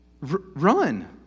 run